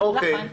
אוקיי.